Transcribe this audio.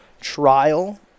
trial